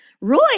Roy